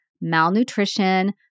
malnutrition